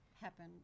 happen